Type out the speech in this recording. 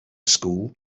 school